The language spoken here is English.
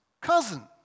cousin